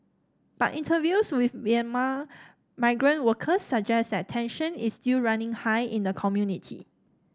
but interviews with Myanmar migrant workers suggest that tension is still running high in the community